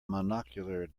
monocular